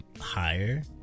higher